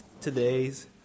Today's